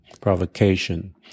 provocation